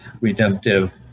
redemptive